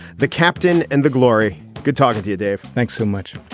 the captain and the glory. good talking to you, dave. thanks so much